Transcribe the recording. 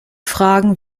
fragen